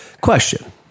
Question